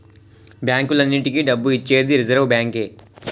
బ్యాంకులన్నింటికీ డబ్బు ఇచ్చేది రిజర్వ్ బ్యాంకే